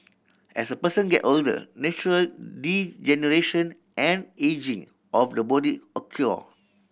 as a person get older natural degeneration and ageing of the body